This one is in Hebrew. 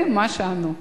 זה מה שענו.